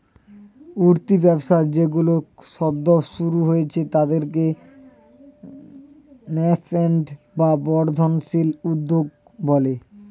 উঠতি ব্যবসা যেইগুলো সদ্য শুরু হয়েছে তাদেরকে ন্যাসেন্ট বা বর্ধনশীল উদ্যোগ বলে